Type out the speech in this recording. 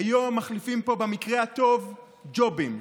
היום מחליפים פה, במקרה הטוב, ג'ובים.